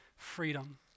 Freedom